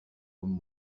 com